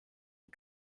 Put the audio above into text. are